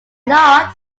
not